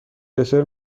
دسر